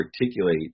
articulate